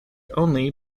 only